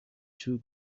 two